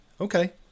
okay